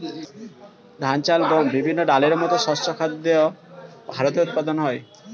ধান, চাল, গম, বিভিন্ন ডালের মতো শস্য খাদ্য ভারতে উৎপাদন হয়